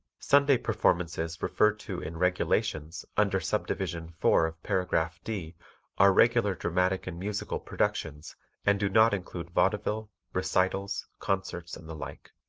sunday performances referred to in regulations under subdivision four of paragraph d are regular dramatic and musical productions and do not include vaudeville, recitals, concerts and the like.